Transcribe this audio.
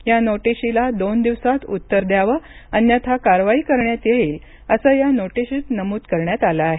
या नोटीशीला दोन दिवसात उत्तर द्यावं अन्यथा कारवाई करण्यात येईल असं या नोटीसीत नमूद करण्यात आलं आहे